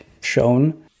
shown